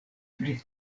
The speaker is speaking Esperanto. pri